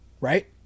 right